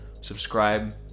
Subscribe